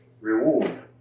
reward